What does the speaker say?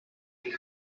you